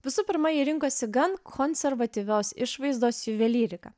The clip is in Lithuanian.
visų pirma ji rinkosi gan konservatyvios išvaizdos juvelyriką